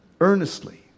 Earnestly